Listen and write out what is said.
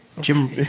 Jim